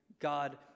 God